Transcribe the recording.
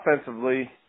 offensively